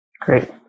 Great